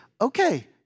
okay